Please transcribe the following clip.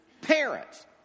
parents